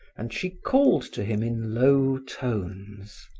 and she called to him in low tones.